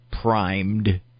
primed